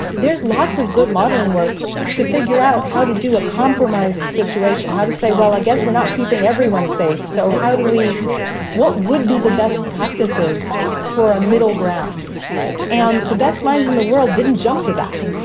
there's lots of good modeling work to figure out how to do a compromised situation, how to say, well, i guess we're not keeping everyone safe. so how do we what would be the best practices for a middle ground and the best minds in the world? didn't jump to that.